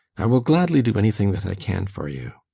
i will gladly do anything that i can for you.